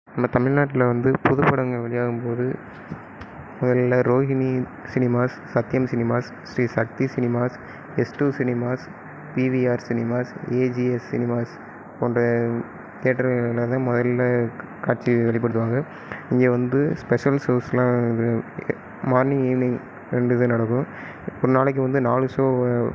நம்ம தமிழ்நாட்டில் வந்து புது படங்கள் வெளியாகும்போது முதல்ல Rohini cinemas Sathyam cinemas Sri Sakthi cinemas S two cinemas PVR cinemas AGS cinemas போன்ற தேட்ருகளில் தான் முதல்ல க காட்சி வெளிப்படுத்துவாங்க இங்கே வந்து ஸ்பெஷல் ஷோஸ்யெலாம் இது எ மார்னிங் ஈவினிங் ரெண்டு இது நடக்கும் ஒரு நாளைக்கு வந்து நாலு ஷோவை